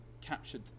captured